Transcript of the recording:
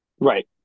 Right